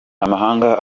amahanga